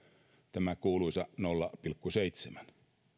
tämä kuuluisa nolla pilkku seitsemän